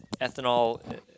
ethanol